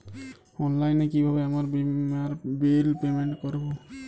অনলাইনে কিভাবে আমার বীমার বিল পেমেন্ট করবো?